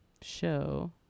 Show